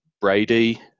Brady